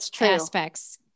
aspects